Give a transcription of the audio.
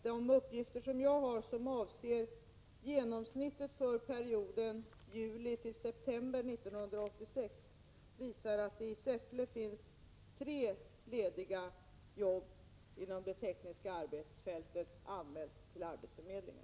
De uppgifter jag har och som avser genomsnittet för perioden juli-september 1986 visar att det i Säffle finns tre lediga jobb inom det tekniska arbetsfältet anmälda till arbetsförmedlingen.